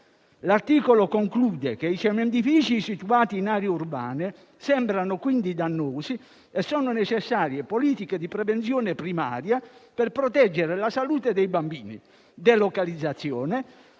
L'articolo conclude che i cementifici situati in aree urbane sembrano dannosi e che quindi sono necessarie politiche di prevenzione primaria per proteggere la salute dei bambini, delocalizzazione,